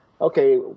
okay